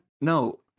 No